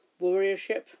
warriorship